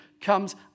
comes